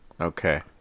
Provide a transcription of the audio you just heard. Okay